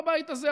בבית הזה,